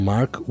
Mark